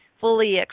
fully